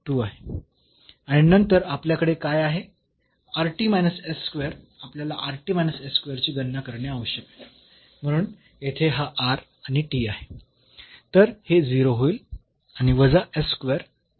आणि नंतर आपल्याकडे काय आहे आपल्याला ची गणना करणे आवश्यक आहे म्हणून येथे हा आणि आहे तर हे 0 होईल आणि वजा 0